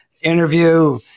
interview